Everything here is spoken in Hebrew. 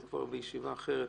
אבל כבר בישיבה אחרת,